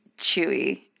Chewy